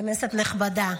כנסת נכבדה,